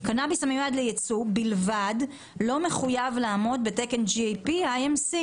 "קנאביס המיועד לייצוא בלבד לא מחויב לעמוד בתקן IMC-GAP,